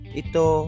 ito